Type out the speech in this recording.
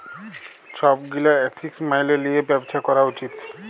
ছব গীলা এথিক্স ম্যাইলে লিঁয়ে ব্যবছা ক্যরা উচিত